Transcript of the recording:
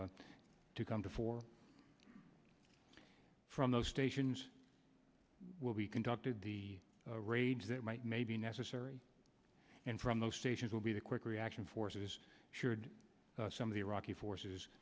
to to come before from those stations will be conducted the raids that might may be necessary and from those stations will be the quick reaction forces should some of the iraqi forces